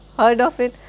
heard of it?